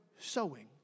sowing